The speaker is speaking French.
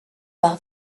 par